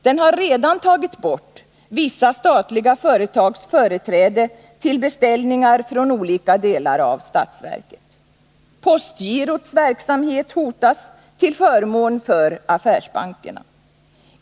Den har redan tagit bort vissa statliga företags företräde till beställningar från olika delar av statsverket. Postgirots verksamhet hotas till förmån för affärsbankerna.